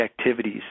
activities